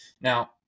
Now